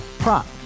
Prop